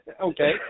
okay